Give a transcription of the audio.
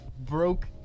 broke